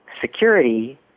security